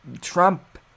Trump